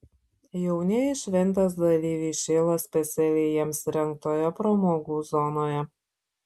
jaunieji šventės dalyviai šėlo specialiai jiems įrengtoje pramogų zonoje